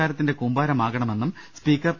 കാരത്തിന്റെ കൂമ്പാരമാകണമെന്നും speaker P